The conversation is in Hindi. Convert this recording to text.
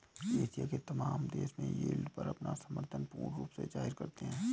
एशिया के तमाम देश यील्ड पर अपना समर्थन पूर्ण रूप से जाहिर करते हैं